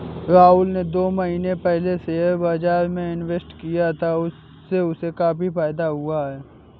राहुल ने दो महीने पहले शेयर बाजार में इन्वेस्ट किया था, उससे उसे काफी फायदा हुआ है